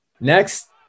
Next